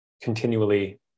continually